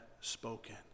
spoken